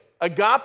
Agape